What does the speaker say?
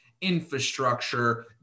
infrastructure